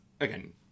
again